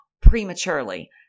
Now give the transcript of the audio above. prematurely